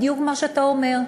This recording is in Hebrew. בדיוק מה שאתה אומר.